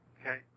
Okay